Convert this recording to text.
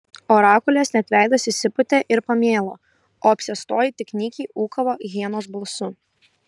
orakulės net veidas išsipūtė ir pamėlo o apsėstoji tik nykiai ūkavo hienos balsu